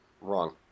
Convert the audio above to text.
Wrong